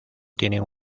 tienen